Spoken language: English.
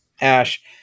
Ash